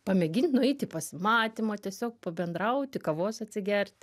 pamėgint nueit į pasimatymą tiesiog pabendrauti kavos atsigert